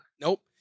Nope